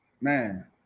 man